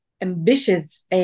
ambitious